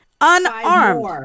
unarmed